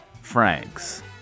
Franks